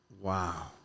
wow